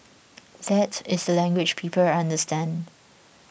that is the language people understand